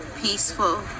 peaceful